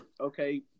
okay